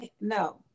No